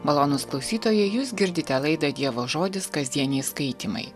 malonūs klausytojai jūs girdite laidą dievo žodis kasdieniai skaitymai